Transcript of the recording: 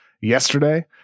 yesterday